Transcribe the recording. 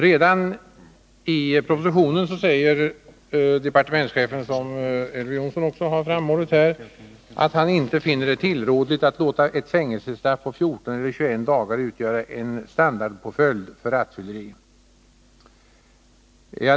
Redan i propositionen säger departementschefen, som Elver Jonsson också har framhållit, att han inte finner det tillrådligt att låta ett fängelsestraff på 14 eller 21 dagar utgöra en standardpåföljd för rattfylleri.